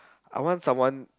I want someone